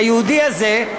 היהודי הזה,